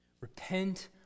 Repent